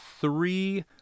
three